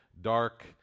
dark